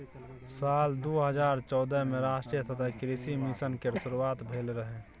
साल दू हजार चौदह मे राष्ट्रीय सतत कृषि मिशन केर शुरुआत भेल रहै